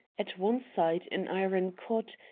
at one side an iron cot,